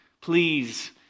Please